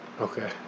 Okay